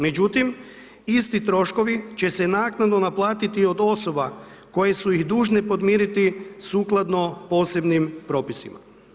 Međutim, isti troškovi će se naknadno naplatiti od osoba koje su ih dužne podmiriti sukladno posebnim propisima.